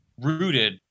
rooted